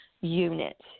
unit